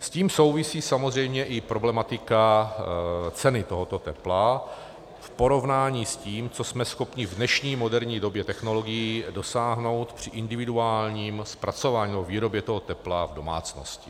S tím souvisí samozřejmě i problematika ceny tohoto tepla v porovnání s tím, co jsme schopni v dnešní moderní době technologií dosáhnout při individuálním zpracování nebo výrobě tepla v domácnosti.